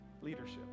leadership